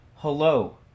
hello